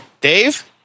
Dave